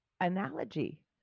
analogy